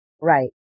right